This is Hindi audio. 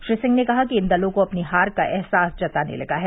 श्री सिंह ने कहा कि इन दलों को अपनी हार का एहसास सताने लगा है